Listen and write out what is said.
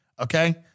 okay